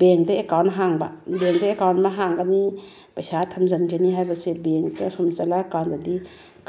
ꯕꯦꯡꯛꯇ ꯑꯦꯀꯥꯎꯟ ꯍꯥꯡꯕ ꯕꯦꯡꯛꯇ ꯑꯦꯀꯥꯎꯟ ꯑꯃ ꯍꯥꯡꯒꯅꯤ ꯄꯩꯁꯥ ꯊꯝꯖꯤꯟꯒꯅꯤ ꯍꯥꯏꯕꯁꯦ ꯕꯦꯡꯛꯇ ꯑꯁꯨꯝ ꯆꯠꯂꯛꯑꯀꯥꯟꯗꯗꯤ